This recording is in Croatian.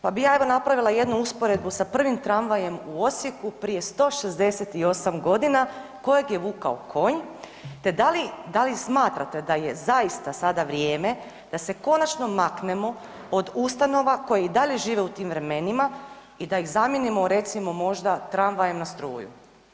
Pa bi je evo napravila jednu usporedbu sa prvim tramvajem u Osijeku prije 168 godina kojeg je vukao konj, te da li smatrate da je zaista sada vrijeme da se konačno maknemo od ustanova koje i dalje žive u tim vremenima i da ih zamijenimo recimo možda tramvajem na struju.